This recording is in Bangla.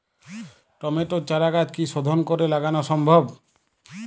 টমেটোর চারাগাছ কি শোধন করে লাগানো সম্ভব?